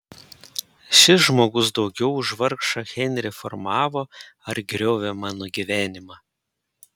šis žmogus daugiau už vargšą henrį formavo ar griovė mano gyvenimą